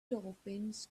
dolphins